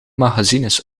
magazines